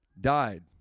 died